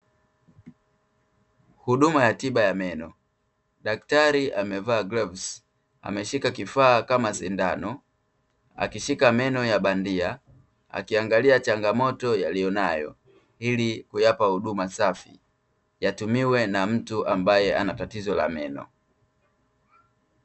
Huduma ya tiba ya meno. Daktari amevaa glovu ameshika kifaa kama sindano, akishika meno ya bandia, akiangalia changamoto yalionayo ili kuyapa huduma safi, yatumiwe na mtu ambaye ana tatizo la meno.